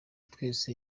twese